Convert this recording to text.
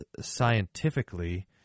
scientifically